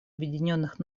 объединенных